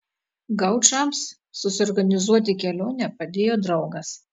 gaučams susiorganizuoti kelionę padėjo draugas